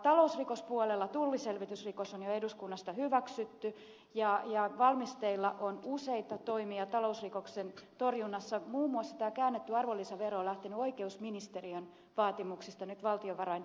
talousrikospuolella tulliselvitysrikos on jo eduskunnassa hyväksytty ja valmisteilla on useita toimia talousrikoksien torjunnassa muun muassa tämä käännetty arvonlisävero on lähtenyt oikeusministeriön vaatimuksesta nyt valtiovarainministeriöön